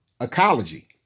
ecology